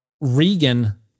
Regan